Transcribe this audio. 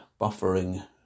buffering